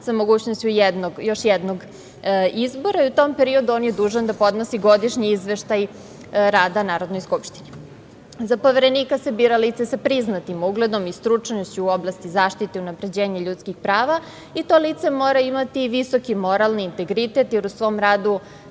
sa mogućnošću još jednog izbora. U tom periodu on je dužan da podnosi godišnji izveštaj rada Narodnoj skupštini.Za Poverenika se bira lice sa priznatim ugledom i stručnošću u oblasti zaštite i unapređenja ljudskih prava i to lice mora imati visoki moralni integritet, jer u svom radu